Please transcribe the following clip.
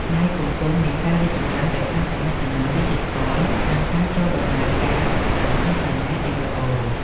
ដែលកំពុងមានការរីកចម្រើនដោយសារទំនាក់ទំនងឌីជីថល និងការចូលដំណើរការបណ្តាញអុីនធឺណេតយ៉ាងល្អ។